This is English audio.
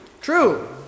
True